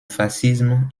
fascisme